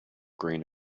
green